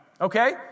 Okay